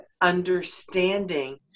understanding